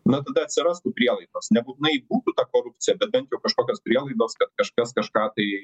na tada atsirastų prielaidos nebūtinai būtų ta korupcija bet bent jau kažkokios prielaidos kad kažkas kažką tai